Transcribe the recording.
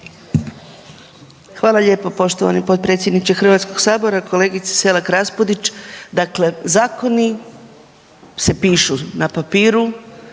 Hvala lijepo poštovani potpredsjedniče Hrvatskog sabora. Kolegice Selak Raspudić, dakle zakoni se pišu na papiru,